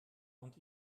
und